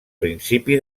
principi